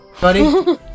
buddy